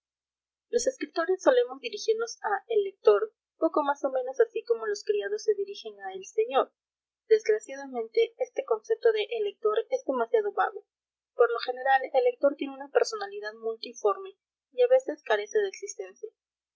los escritores solemos dirigirnos a el lector poco más o menos así como los criados se dirigen a el señor desgraciadamente este concepto de el lector es demasiado vago por lo general el lector tiene una personalidad multiforme y a veces carece de existencia